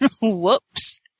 Whoops